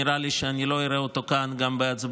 נראה לי שאני לא אראה אותו כאן גם בהצבעה